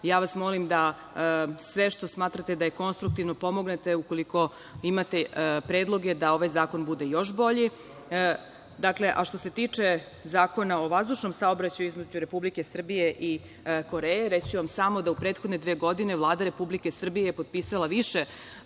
vas da sve što smatrate da je konstruktivno, pomognete, ukoliko imate predloge da ovaj zakon bude još bolji. Što se tiče Zakona o vazdušnom saobraćaju između Republike Srbije i Koreje, reći ću vam samo da u prethodne dve godine Vlada Republike Srbije je potpisala više